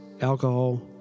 alcohol